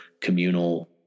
communal